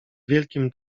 wielkim